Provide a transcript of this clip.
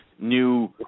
new